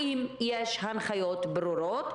האם יש הנחיות ברורות?